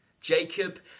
Jacob